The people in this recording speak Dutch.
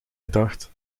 gedacht